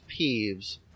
Peeves